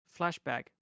Flashback